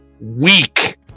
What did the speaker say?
weak